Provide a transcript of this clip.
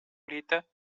lite